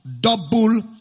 Double